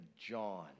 John